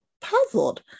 puzzled